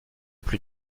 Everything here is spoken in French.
plus